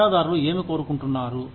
వాటాదారులు ఏమి కోరుకుంటున్నారు